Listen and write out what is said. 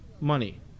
money